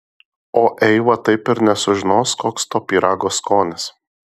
o eiva taip ir nesužinos koks to pyrago skonis